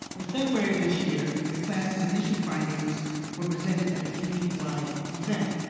in february of this year, the class's initial findings were presented at a community-wide event.